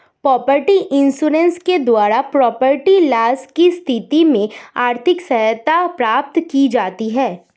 property insurance के द्वारा property loss की स्थिति में आर्थिक सहायता प्राप्त की जाती है